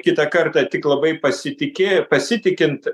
kitą kartą tik labai pasitiki pasitikint